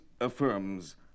affirms